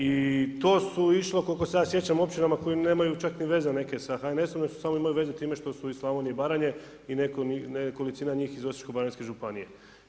I to su išlo koliko se ja sjećam općinama koje nemaju čak ni veze neke sa HNS-o nego samo imaju veze sa time što su iz Slavonije i Baranje i nekolicina njih iz Osječko-baranjske županije.